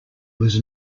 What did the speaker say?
was